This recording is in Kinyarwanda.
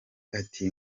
ati